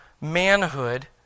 manhood